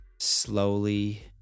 slowly